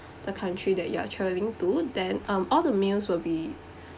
the country that you are travelling to then all other meals will be